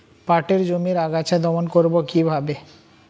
পাটের জমির আগাছা দমন করবো কিভাবে?